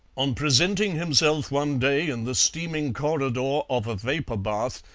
on presenting himself one day in the steaming corridor of a vapour bath,